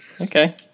Okay